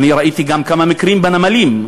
אני ראיתי גם כמה מקרים בנמלים,